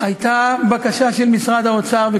הייתה בקשה של משרד האוצר לייקר את שירותי הדת,